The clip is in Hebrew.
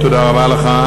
תודה רבה לך.